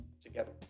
together